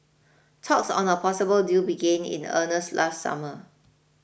talks on a possible deal began in earnest last summer